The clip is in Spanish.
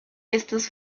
estos